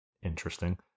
interesting